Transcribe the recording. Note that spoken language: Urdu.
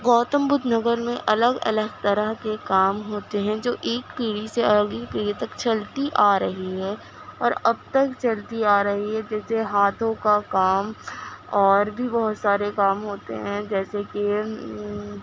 گوتم بدھ نگر میں الگ الگ طرح کے کام ہوتے ہیں جو ایک پیڑھی سے آگے پیڑھی تک چلتی آ رہی ہے اور اب تک چلتی آ رہی ہے جیسے ہاتھوں کا کام اور بھی بہت سارے کام ہوتے ہیں جیسے کہ